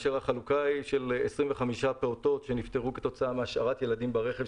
החלוקה היא: 25 פעוטות שנפטרו כתוצאה מהשארת ילדים ברכב,